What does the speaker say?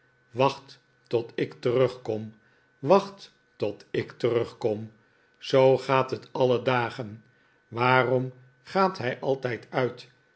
wacht tot ik terugkom wacht tot ik terugkom zoo gaat het alle dagen waarom gaat gij altijd uit